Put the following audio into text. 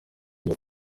gihe